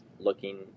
looking